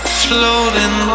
floating